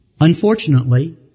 Unfortunately